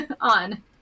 on